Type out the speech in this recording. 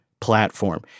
platform